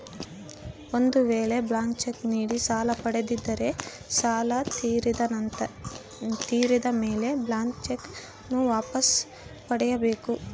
ಒಂದು ವೇಳೆ blank cheque ನೀಡಿ ಸಾಲ ಪಡೆದಿದ್ದರೆ ಸಾಲ ತೀರಿದ ಮೇಲೆ ಬ್ಲಾಂತ್ ಚೆಕ್ ನ್ನು ವಾಪಸ್ ಪಡೆಯ ಬೇಕು